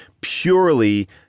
purely